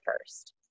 first